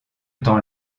temps